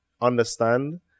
understand